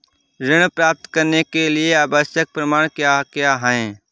ऋण प्राप्त करने के लिए आवश्यक प्रमाण क्या क्या हैं?